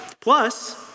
plus